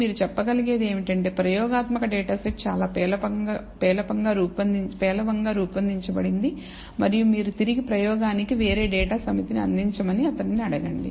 మీరు చెప్పగలిగేది ఏమిటంటే ప్రయోగాత్మక డేటా సెట్ చాలా పేలవంగా రూపొందించబడింది మరియు మీరు తిరిగి ప్రయోగానికి వేరే డేటా సమితిని అందించమని అతనిని అడగండి